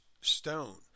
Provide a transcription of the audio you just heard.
stone